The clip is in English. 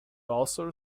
also